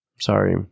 Sorry